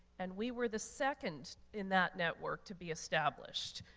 and we were the second in that network to be established.